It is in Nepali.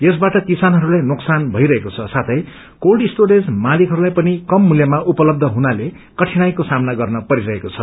यसबाट किसानहरूलाई नोक्सान भइरहेको छ साथै कोल्ड स्टोरेज मालिकहस्लाई पनि कम मूल्यमा उपलब हुनाले कठिनाईको ससामना गर्न परिरहेको छ